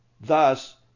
Thus